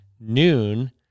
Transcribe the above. noon